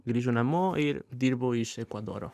grįžo namo ir dirbo iš ekvadoro